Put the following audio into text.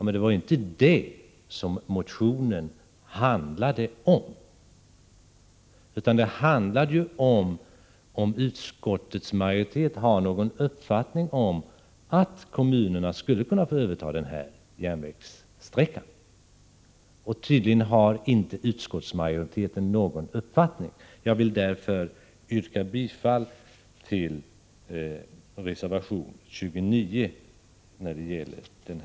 Men det var inte detta motionen handlade om, utan den gällde om utskottsmajoriteten har någon uppfattning om att kommunerna skulle kunna få överta den här järnvägssträckan. Tydligen har utskottsmajoriteten inte någon uppfattning. Jag vill därför yrka bifall till reservation 29 i aktuell del.